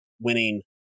winning